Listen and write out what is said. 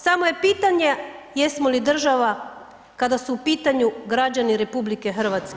Samo je pitanje jesmo li država kada su u pitanju građani RH.